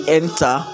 enter